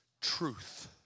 truth